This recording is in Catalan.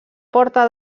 porta